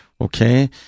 Okay